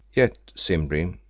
yet, simbri,